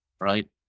Right